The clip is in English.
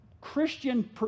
Christian